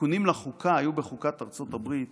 תיקונים לחוקה היו בחוקת ארצות הברית